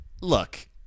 Look